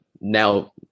now